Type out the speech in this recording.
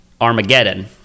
Armageddon